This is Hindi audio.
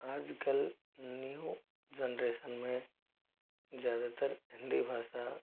आज कल न्यू जनरेसन में ज़्यादातर हिंदी भाषा